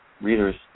readers